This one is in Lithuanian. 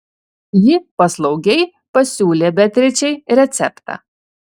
ji paslaugiai pasiūlė beatričei receptą